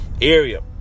area